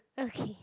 okay